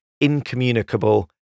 incommunicable